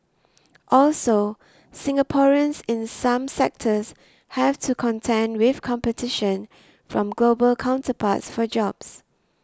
also Singaporeans in some sectors have to contend with competition from global counterparts for jobs